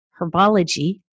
herbology